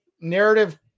narrative